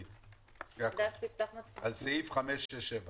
המטוס שיצטרך להחזיר אותם לא יוכל להיכנס.